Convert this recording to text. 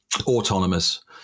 autonomous